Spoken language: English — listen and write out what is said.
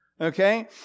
Okay